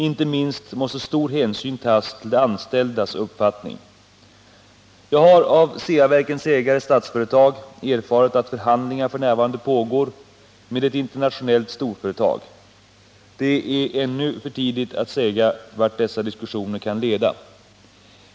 Inte minst måste stor hänsyn tas till de anställdas uppfattning. Jag har av Ceaverkens ägare, Statsföretag AB, erfarit att förhandlingar f. n. pågår med ett internationellt storföretag. Det är ännu för tidigt att säga vart dessa diskussioner kan leda.